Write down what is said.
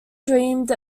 dreamed